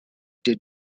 did